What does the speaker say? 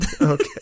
Okay